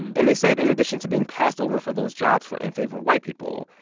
and they said in addition to being passed over for those jobs for in favor of white people,